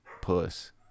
puss